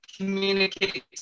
communicate